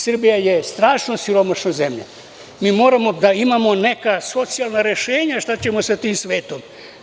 Srbija je strašno siromašna zemlja i mi moramo da imamo neka socijalna rešenja šta ćemo sa tim svetom.